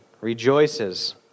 rejoices